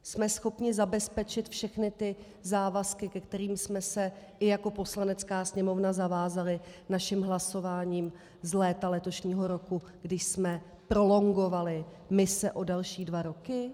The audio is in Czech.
Jsme schopni zabezpečit všechny závazky, ke kterým jsme se i jako Poslanecká sněmovna zavázali naším hlasováním z léta letošního roku, kdy jsme prolongovali mise o další dva roky?